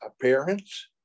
appearance